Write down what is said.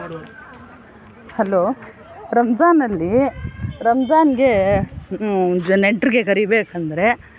hello ರಂಜಾನಲ್ಲಿ ರಂಜಾನಿಗೆ ನೆಂಟರಿಗೆ ಕರಿಬೇಕೆಂದ್ರೆ